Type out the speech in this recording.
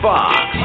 Fox